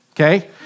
okay